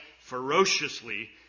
ferociously